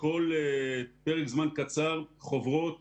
כל פרק זמן קצר חוברות